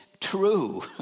true